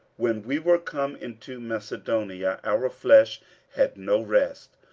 when we were come into macedonia, our flesh had no rest,